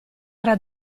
tra